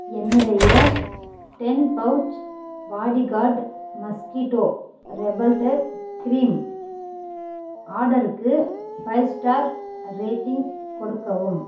என்னுடைய ten pouch bodyguard mosquito repellent cream ஆர்டருக்கு five star rating கொடுக்கவும்